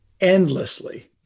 endlessly